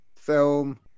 film